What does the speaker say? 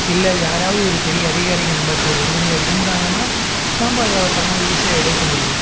இல்லை யாராவது ஒரு பெரிய அதிகாரிங்கள் நமக்கு ஒரு உறுதுணையாக இருந்தாங்கன்னால் நம்ம அதை சமூகம் ஈஸியாக எடுக்க முடியும்